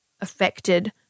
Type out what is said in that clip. affected